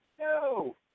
no